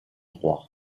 roi